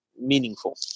meaningful